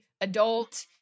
adult